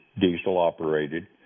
diesel-operated